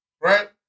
right